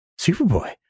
Superboy